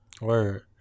Word